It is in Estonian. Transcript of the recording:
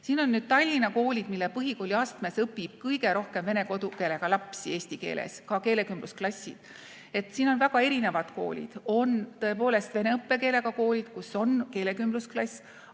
Siin on nüüd Tallinna koolid, mille põhikooli astmes õpib kõige rohkem vene kodukeelega lapsi eesti keeles, ka keelekümblusklassid. Siin on väga erinevad koolid. On tõepoolest vene õppekeelega koolid, kus on keelekümblusklass,